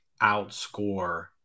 outscore